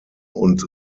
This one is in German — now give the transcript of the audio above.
und